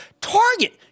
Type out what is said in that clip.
Target